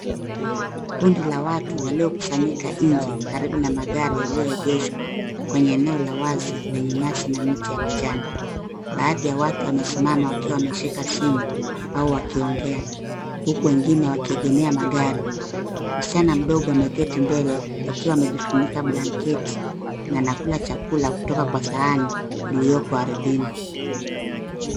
Kundi la watu waliokusanyika nje karibu na magari, yalioegeshwa kwenye eneo la wazi lenye nyasi na miti ya kijani. Baadhi ya watu wamesimama wakiwa wameshika simu au wakiongea, huku wengine wakiegemea magari. Msichana mdogo ameketi mbele akiwa amejifunika blanketi na anakula chakula kutoka kwa sahani iliyoko ardhini.